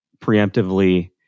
preemptively